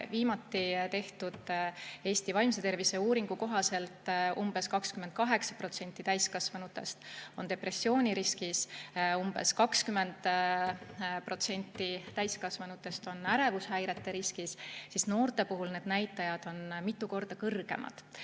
viimati tehtud Eesti vaimse tervise uuringu kohaselt umbes 28% täiskasvanutest on depressiooniriskis, umbes 20% täiskasvanutest on ärevushäirete riskis, siis noorte puhul need näitajad on mitu korda kõrgemad.